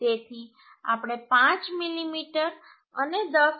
તેથી આપણે 5 મીમી અને 10